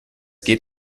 geht